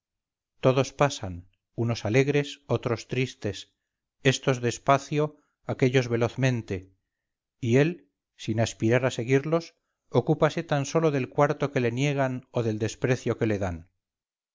todos pasan unos alegres otros tristes estos despacio aquellos velozmente y él sin aspirar a seguirlos ocúpase tan sólo del cuarto que le niegan o del desprecio que le dan